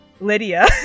Lydia